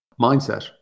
mindset